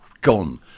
gone